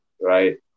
right